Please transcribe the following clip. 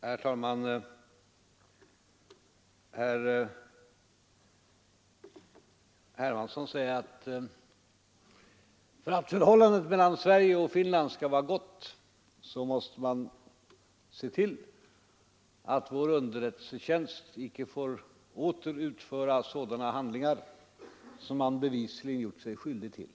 Herr talman! Herr Hermansson säger att vi, för att förhållandet mellan Sverige och Finland skall vara gott, måste se till att vår underrättelsetjänst inte åter får utföra sådana handlingar som den bevisligen gjort sig skyldig till.